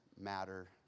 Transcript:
matter